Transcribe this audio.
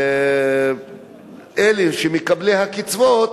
מקבלי קצבה,